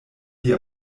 die